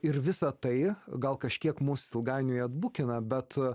ir visa tai gal kažkiek mus ilgainiui atbukina bet